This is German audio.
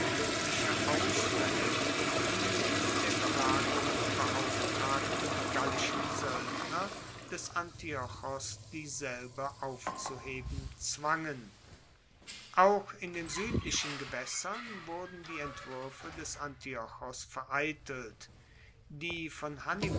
glueckliche ausfaelle die mit der belagerung beauftragten gallischen soeldner des antiochos dieselbe aufzuheben zwangen auch in den suedlichen gewaessern wurden die entwuerfe des antiochos vereitelt die von hannibal